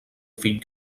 fill